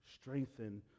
Strengthen